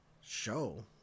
show